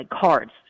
cards